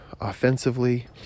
offensively